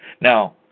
Now